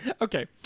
okay